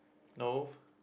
no